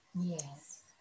yes